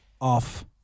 off